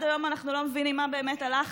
היום אנחנו לא באמת מבינים מה באמת הלך